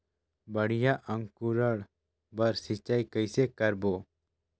बढ़िया अंकुरण बर सिंचाई कइसे करबो?